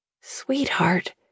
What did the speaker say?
Sweetheart